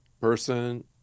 person